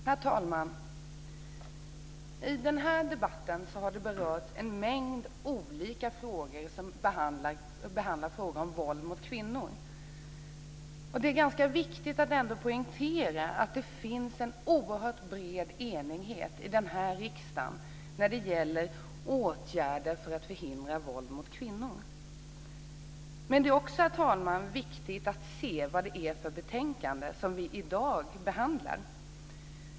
Herr talman! I den här debatten har berörts en mängd olika frågor som handlar om våld mot kvinnor. Det är ganska viktigt att poängtera att det finns en oerhört bred enighet i riksdagen när det gäller åtgärder för att förhindra våld mot kvinnor. Herr talman! Det är också viktigt att se vad det är för betänkande som vi i dag behandlar.